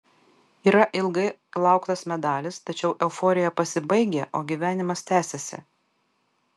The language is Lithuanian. yra ilgai lauktas medalis tačiau euforija pasibaigia o gyvenimas tęsiasi